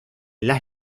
las